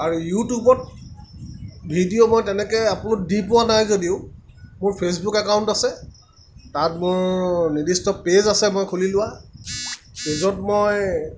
আৰু ইউটিউবত ভিডিঅ' মই তেনেকে আপলোড দি পোৱা নাই যদিও মোৰ ফেচবুক একাউণ্ট আছে তাত মোৰ নিৰ্দিষ্ট পেজ আছে মই খুলি লোৱা য'ত মই